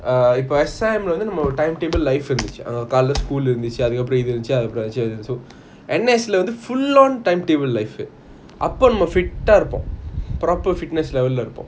uh இப்போ:ipo timetable life இருந்துச்சி கால:irunthuchi kaala school இருந்துச்சி அது இருந்துச்சி இது இருந்துச்சி:irunthuchi athu irunthuchi ithu irunthuchi so N_S lah வந்து:vanthu full on timetable life அப்போ நம்ம:apo namma fit eh இருப்போம்:irupom proper fitness level lah இருப்போம்:irupom